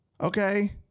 Okay